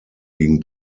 gingen